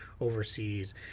overseas